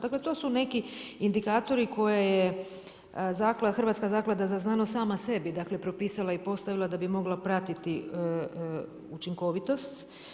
Dakle, to su neki indikatori koje je Hrvatska zaklada za znanost sama sebi, dakle propisala i postavila da bi mogla pratiti učinkovitost.